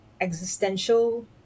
existential